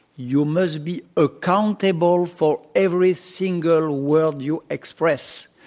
you must be accountable for every single word you express.